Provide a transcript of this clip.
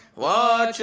why